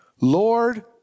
Lord